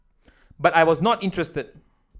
but I was not interested